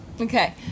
Okay